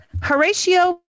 Horatio